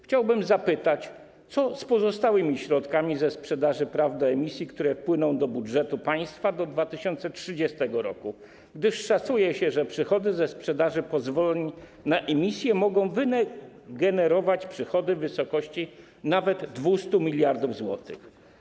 Chciałbym zapytać, co z pozostałymi środkami ze sprzedaży praw do emisji, które wpłyną do budżetu państwa do 2030 r., gdyż szacuje się, że przychody ze sprzedaży pozwoleń na emisję mogą wygenerować przychody w wysokości nawet 200 mld zł.